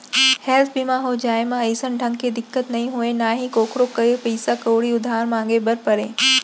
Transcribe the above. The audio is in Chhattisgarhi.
हेल्थ बीमा हो जाए म अइसन ढंग के दिक्कत नइ होय ना ही कोकरो करा पइसा कउड़ी उधार मांगे बर परय